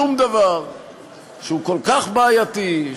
שום דבר שהוא כל כך בעייתי,